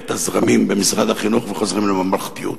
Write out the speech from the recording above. הזרמים במשרד החינוך וחוזרים לממלכתיות.